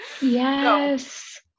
Yes